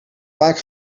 vaak